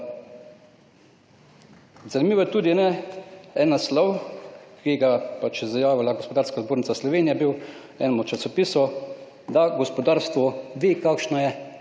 Zanimivo je tudi en naslov, ki ga je objavila Gospodarska zbornica Slovenije je bil v enem časopisu, da gospodarstvo ve kakšna je